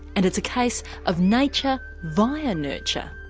and it's a case of nature via nurture.